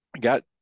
Got